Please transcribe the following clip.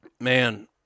Man